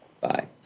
Bye